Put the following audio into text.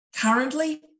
Currently